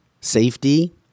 safety